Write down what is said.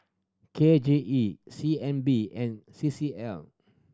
K J E C N B and C C L